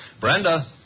Brenda